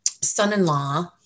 son-in-law